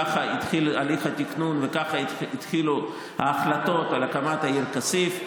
ככה התחיל הליך התכנון וככה התחילו ההחלטות על הקמת העיר כסיף.